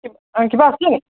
কিবা আছিলে নি